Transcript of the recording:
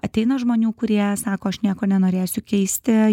ateina žmonių kurie sako aš nieko nenorėsiu keisti